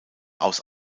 aus